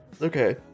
Okay